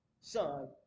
son